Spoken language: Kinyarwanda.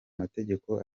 mategeko